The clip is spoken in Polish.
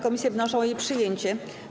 Komisje wnoszą o jej przyjęcie.